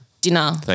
dinner